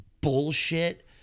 bullshit